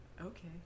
okay